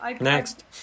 next